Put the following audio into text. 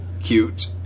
cute